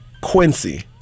Quincy